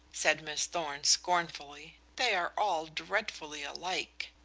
said miss thorn scornfully. they are all dreadfully alike.